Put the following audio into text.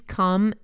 come